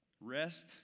Rest